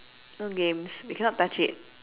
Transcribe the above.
mm games we cannot touch it